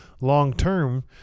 long-term